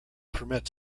permit